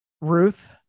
Ruth